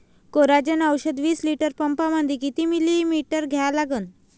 Coragen औषध विस litre पंपामंदी किती मिलीमिटर घ्या लागन?